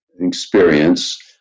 experience